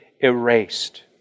erased